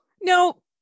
No